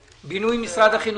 העברה 8002 בינוי משרד החינוך.